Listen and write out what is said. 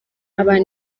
abantu